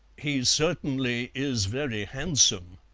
he certainly is very handsome,